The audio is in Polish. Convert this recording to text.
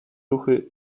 ruchy